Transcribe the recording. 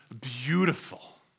beautiful